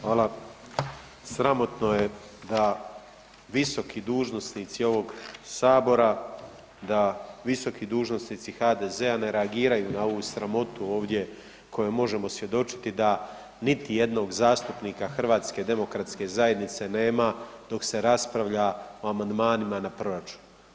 Hvala. sramotno je da visoki dužnosnici ovog Sabora, da visoki dužnosnici HDZ-a ne reagiraju na ovu sramotu ovdje kojom možemo svjedočiti da niti jednog zastupnika HDZ-a nema dok se raspravlja o amandmanima na proračun.